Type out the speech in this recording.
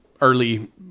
early